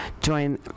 join